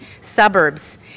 suburbs